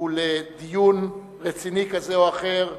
ולדיון רציני כזה או אחר במליאה.